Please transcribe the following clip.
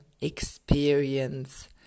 experience